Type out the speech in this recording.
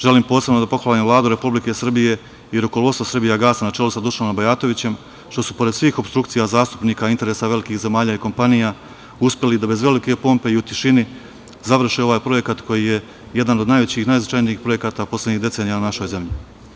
Želim posebno da pohvalim Vladu Republike Srbije i rukovodstvo Srbijagasa, na čelu sa Dušanom Bajatovićem, što su pored svih opstrukcija zastupnika, interesa velikih zemalja i kompanija uspeli da bez velike pompe i u tišini završe ovaj projekat koji je jedan od najvećih i najznačajnijih projekata poslednjih decenija u našoj zemlji.